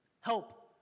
Help